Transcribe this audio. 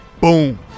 Boom